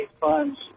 funds